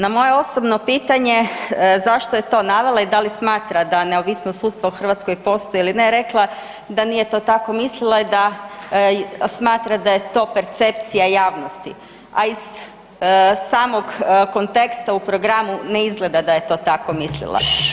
Na moje osobno pitanje zašto je to navela i da li smatra da neovisnost sudstva u Hrvatskoj ili ne, rekla je da nije to tako mislila, smatra da je to percepcija javnosti a iz samog konteksta u programu ne izgleda da je to tako mislila.